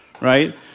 right